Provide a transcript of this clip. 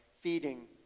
feeding